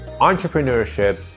entrepreneurship